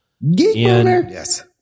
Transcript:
Yes